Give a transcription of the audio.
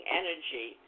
energy